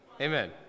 Amen